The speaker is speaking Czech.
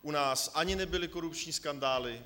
U nás ani nebyly korupční skandály.